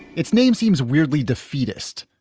its name seems weirdly defeatist,